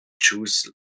choose